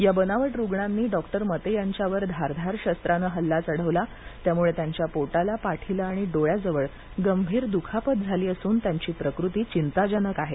या बनावट रुग्णांनी डॉक्टर मते यांच्यावर धारदार शस्त्राने हल्ला चढविला त्यामुळे त्यांच्या पोटाला पाठीला आणि डोळ्याजवळ गंभीर दुखापत झाली असून त्यांची प्रकृती चिंताजनक आहे